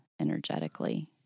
energetically